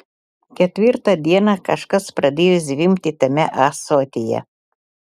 ketvirtą dieną kažkas pradėjo zvimbti tame ąsotyje